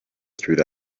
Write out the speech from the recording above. through